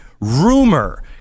rumor